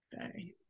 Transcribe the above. Okay